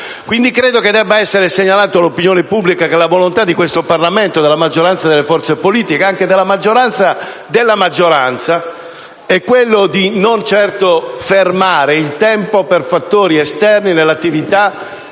Quindi credo che debba essere segnalato all'opinione pubblica che la volontà di questo Parlamento, della maggioranza delle forze politiche e anche della maggioranza della maggioranza, non è di certo quella di fermare il tempo per fattori esterni all'attività